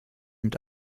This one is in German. mit